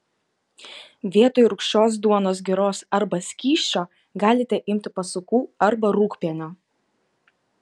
vietoj rūgščios duonos giros arba skysčio galite imti pasukų arba rūgpienio